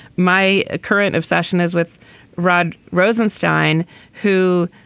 my current obsession is with rod rosenstein who